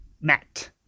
Matt